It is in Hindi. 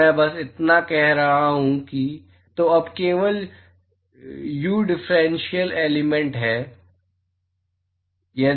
तो मैं बस इतना कह रहा हूं कि अब केवल uh डिफरेंशियल एलिमेंट है